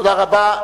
תודה רבה.